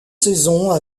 saisons